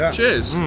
Cheers